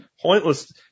pointless